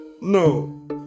No